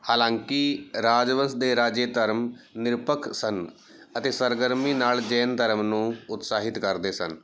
ਹਾਲਾਂਕਿ ਰਾਜਵੰਸ਼ ਦੇ ਰਾਜੇ ਧਰਮ ਨਿਰਪੱਖ ਸਨ ਅਤੇ ਸਰਗਰਮੀ ਨਾਲ ਜੈਨ ਧਰਮ ਨੂੰ ਉਤਸ਼ਾਹਿਤ ਕਰਦੇ ਸਨ